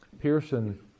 pearson